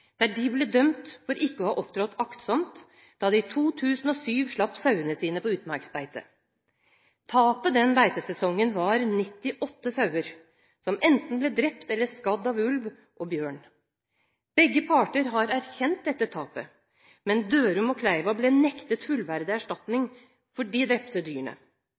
der de ble dømt for ikke å ha opptrådt aktsomt da de i 2007 slapp sauene sine på utmarksbeite. Tapet den beitesesongen var 98 sauer, som enten ble drept eller skadd av ulv og bjørn. Begge parter har erkjent dette tapet, men Dørum og Kleiva ble nektet fullverdig erstatning for de drepte dyrene.